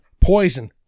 Poison